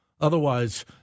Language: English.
Otherwise